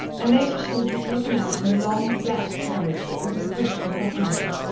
and later she would be taken out in a long flat carriage that could be pushed from behind,